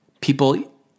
People